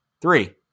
three